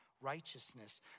righteousness